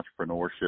entrepreneurship